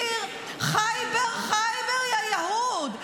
אני אזכיר "ח'יבר ח'יבר יא יהוד".